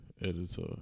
editor